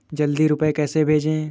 जल्दी रूपए कैसे भेजें?